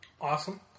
Awesome